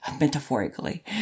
metaphorically